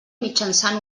mitjançant